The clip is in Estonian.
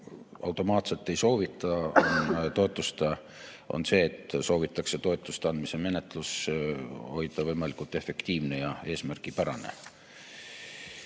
ennistada ei soovita? Põhjus on see, et soovitakse toetuste andmise menetlus hoida võimalikult efektiivne ja eesmärgipärane.